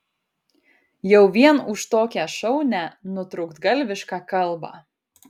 jau vien už tokią šaunią nutrūktgalvišką kalbą